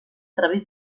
través